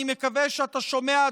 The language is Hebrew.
ואני מקווה שאתה שומע,